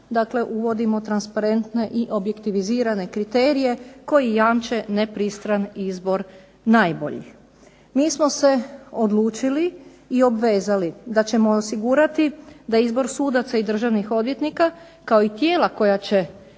uvodimo transparentne i objektivizirane kriterije koji jamče nepristran izbor najboljih. Mi smo se odlučili i obvezali da ćemo osigurati da izbor sudaca i državnih odvjetnika, kao i tijela koja će